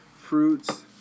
Fruits